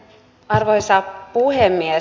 arvoisa puhemies